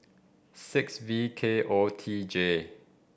six V K O T J